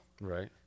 Right